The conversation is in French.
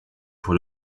pour